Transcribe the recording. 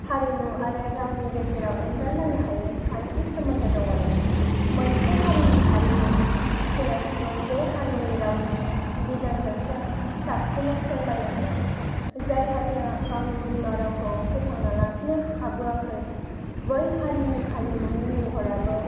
हारिमु आरो रावनि गेजेराव एंगारलायनो हायै खान्थि सोमोन्दो दंलायो मोनसे हारिनि हारिमुनि सिनायथिखौ बे हारिनि रावनि बिजोंजोंसो साबसिनै फोरमायनो हायो जाय हारिआ गावनि बिमा रावखौ फोथांना लाखिनो हाबोआखै बै हारिनि हारिमुनि महराबो